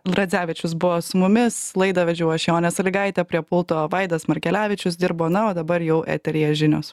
radzevičius buvo su mumis laidą vedžiau aš jonė sąlygaitė prie pulto vaidas markelevičius dirbo na o dabar jau eteryje žinios